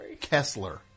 Kessler